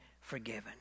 forgiven